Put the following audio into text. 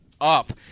up